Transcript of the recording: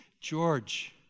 George